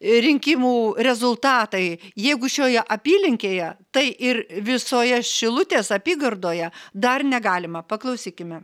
rinkimų rezultatai jeigu šioje apylinkėje tai ir visoje šilutės apygardoje dar negalima paklausykime